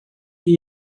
that